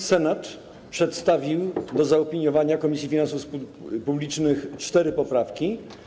Senat przedstawił do zaopiniowania Komisji Finansów Publicznych cztery poprawki.